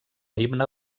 himne